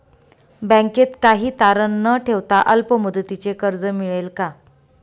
बँकेत काही तारण न ठेवता अल्प मुदतीचे कर्ज मिळेल का?